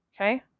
Okay